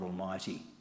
Almighty